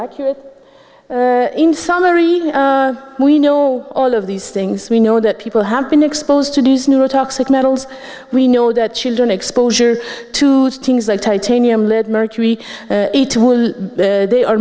accurate in summary we know all of these things we know that people have been exposed to these new toxic metals we know that children exposure to things like titanium lead mercury they are